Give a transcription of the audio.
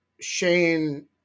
Shane